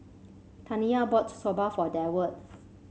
Taniya bought Soba for Deward